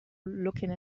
looking